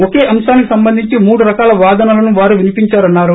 ఒకే అంశానికి సంబంధించి మూడు రకాల వాదనలను వారు వినిపిందారన్నారు